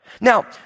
Now